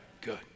Good